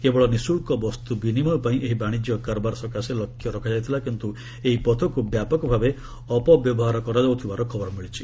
କେବଳ ନିଃଶୁଳ୍କ ବସ୍ତୁ ବିନିମୟ ପାଇଁ ଏହି ବାଶିଜ୍ୟ କାରବାର ସକାଶେ ଲକ୍ଷ୍ୟ ରଖାଯାଇଥିଲା କିନ୍ତୁ ଏହି ପଥକୁ ବ୍ୟାପକ ଭାବେ ଅପବ୍ୟବହାର କରାଯାଉଥିବାର ଖବର ମିଳିଛି